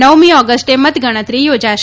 નવમી ઓગસ્ટે મતગણતરી યોજાશે